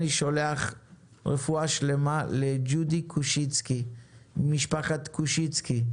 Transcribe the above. אני שולח רפואה שלמה לג'ודי קושיצקי ממשפחת קושיצקי,